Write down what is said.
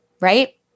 right